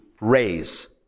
raise